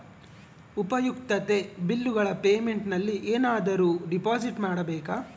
ಉಪಯುಕ್ತತೆ ಬಿಲ್ಲುಗಳ ಪೇಮೆಂಟ್ ನಲ್ಲಿ ಏನಾದರೂ ಡಿಪಾಸಿಟ್ ಮಾಡಬೇಕಾ?